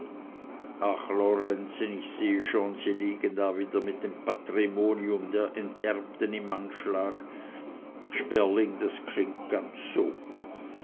ich sehe schon sie liegen da wieder mit dem patrimonium der enterbten im anschlag sperling das klingt ganz so